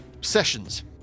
Sessions